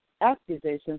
accusations